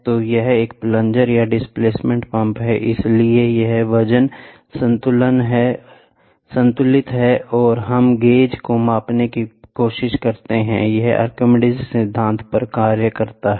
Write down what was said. तो यह एक प्लंजर या डिस्प्लेसमेंट पंप है इसलिए यह वजन संतुलित है और हम गेज को मापने की कोशिश करते हैं यह आर्किमिडीज सिद्धांत पर काम करता है